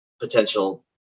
potential